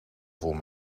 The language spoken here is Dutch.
voor